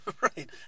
Right